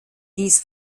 dies